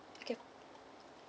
okay